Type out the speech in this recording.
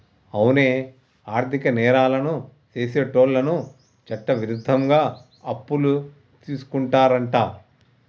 అవునే ఆర్థిక నేరాలను సెసేటోళ్ళను చట్టవిరుద్ధంగా అప్పులు తీసుకుంటారంట